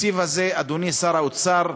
התקציב הזה, אדוני שר האוצר,